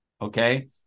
Okay